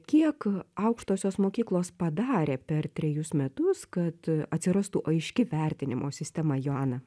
kiek aukštosios mokyklos padarė per trejus metus kad atsirastų aiški vertinimo sistema joana